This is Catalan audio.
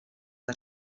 que